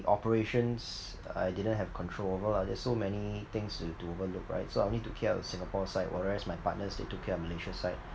operations I didn't have control over lah there's so many things to to overlook right so I only took care of the Singapore side whereas my partners they took care of Malaysia side